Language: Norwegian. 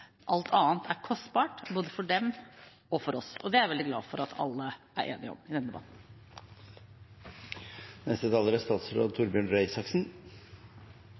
Alt annet er kostbart, både for dem og for oss. Det er jeg veldig glad for at alle er enige om i